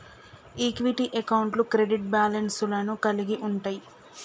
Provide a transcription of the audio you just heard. equity అకౌంట్లు credit balance లను కలిగి ఉంటయ్